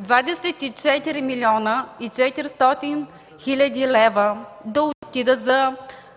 24 млн. 400 хил. лв. да отидат